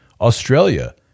Australia